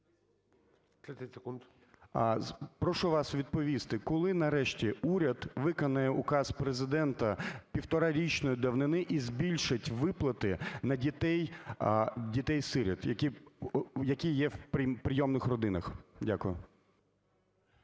Прошу вас відповісти, коли нарешті уряд виконає Указ Президента півторарічної давнини і збільшить виплати на дітей-сиріт, які є в прийомних родинах? Дякую.